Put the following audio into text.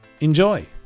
Enjoy